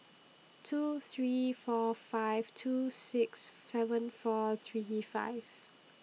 two three four five two six seven four three five